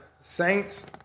saints